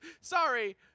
Sorry